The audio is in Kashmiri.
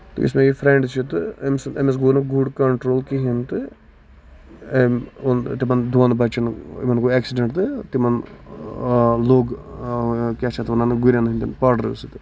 تہٕ یُس مےٚ یہِ فرینڈ چھُ تہٕ أمِس گوٚو نہٕ گُر کَنٹرول کِہینۍ تہٕ أمۍ اوٚن تِمن دۄن بَچن تِمن گوٚو ایکسِڈنٹ تہٕ تِمن لوٚگ کیاہ چھِ اتھ وَنان گُرین ہندین پَڈرِ سۭتۍ